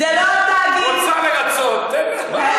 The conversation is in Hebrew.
זה לא התאגיד, היא רוצה לרצות, תן לה לרצות.